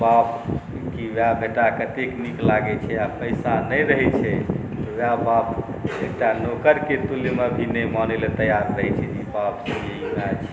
बाप कि वएह बेटाके कतेक नीक लागै छै आओर पइसा नहि रहै छै तऽ वएह बाप एकटा नौकरके तुल्यमे नहि मानैलए तैआर होइ छै जे ई बाप छी ई माइ छी